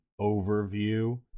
overview